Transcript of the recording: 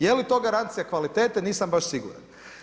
Je li to garancija kvalitete, nisam baš siguran.